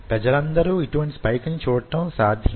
ప్రజలు అందరు ఇటువంటి స్పైక్ ని చూడటం సాధ్యం